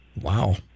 Wow